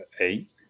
eight